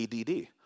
ADD